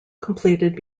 completed